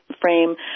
frame